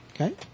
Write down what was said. Okay